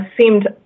seemed